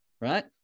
right